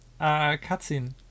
Cutscene